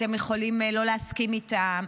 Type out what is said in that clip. אתם יכולים לא להסכים איתם,